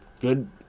good –